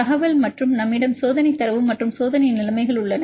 தகவல் மற்றும் நம்மிடம் சோதனை தரவு மற்றும் சோதனை நிலைமைகள் உள்ளன